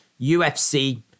UFC